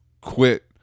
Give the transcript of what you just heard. quit